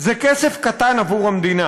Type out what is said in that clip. זה כסף קטן עבור המדינה,